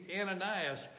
Ananias